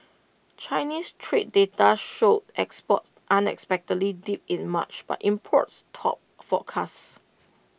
Chinese trade data showed exports unexpectedly dipped in March but imports topped forecasts